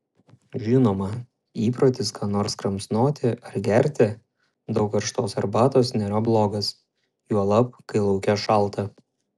žinoma įprotis ką nors kramsnoti ar gerti daug karštos arbatos nėra blogas juolab kai lauke šalta